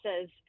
says